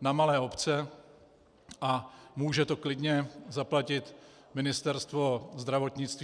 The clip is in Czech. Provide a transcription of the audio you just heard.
na malé obce, a může to klidně zaplatit Ministerstvo zdravotnictví.